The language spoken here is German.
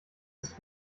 ist